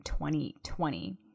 2020